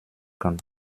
kann